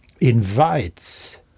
invites